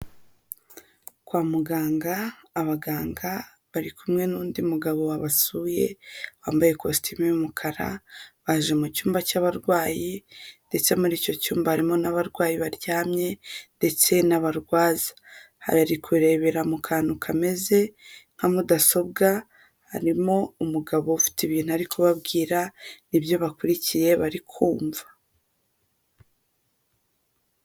Kwa muganga abaganga bari kumwe n'undi mugabo wabasuye wambaye ikositimu y'umukara, baje mu cyumba cy'abarwayi, ndetse muri icyo cyumba harimo n'abarwayi baryamye, ndetse n'abarwaza, bari kurebera mu kantu kameze nka mudasobwa, harimo umugabo ufite ibintu ari kubabwira, nibyo bakurikiye, barikumva.